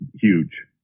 huge